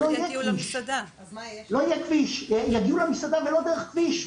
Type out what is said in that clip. יגיעו למסעדה, ולא דרך כביש.